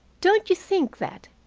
don't you think that,